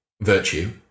virtue